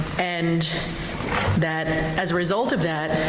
and that as a result of that,